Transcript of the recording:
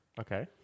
Okay